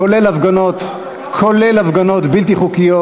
כולל הפגנות בלתי חוקיות.